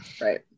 Right